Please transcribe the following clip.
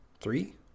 three